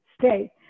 stay